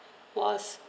was